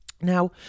Now